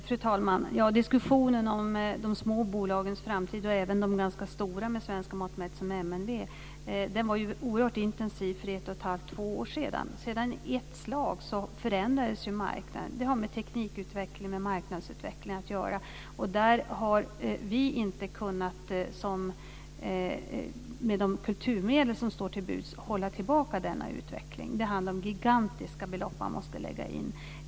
Fru talman! Diskussionen om de små bolagens framtid var ju oerhört intensiv för ett och ett halvt eller två år sedan, och det gällde även de ganska stora bolagen med svenska mått mätt, t.ex. MNW. Sedan förändrades marknaden i ett slag. Det har med teknikutveckling och marknadsutveckling att göra. Där har vi inte, med de kulturmedel som står till buds, kunnat hålla tillbaka denna utveckling. Det handlar om gigantiska belopp som måste läggas in.